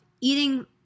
eating